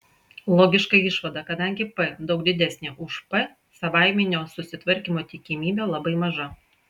logiška išvada kadangi p daug didesnė už p savaiminio susitvarkymo tikimybė labai maža